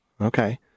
okay